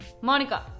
Monica